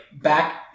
back